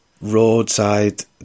roadside